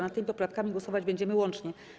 Nad tymi poprawkami głosować będziemy łącznie.